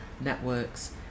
networks